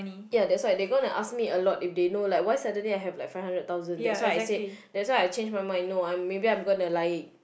ya that's why they gonna ask me a lot if they know like why I suddenly have like five hundred thousand that's why I said that's why I change my mind no I'm maybe I'm gonna like